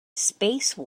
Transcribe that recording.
space